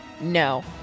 No